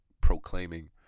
proclaiming